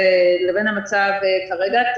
לבין המצב כרגע.